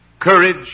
courage